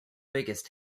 biggest